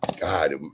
God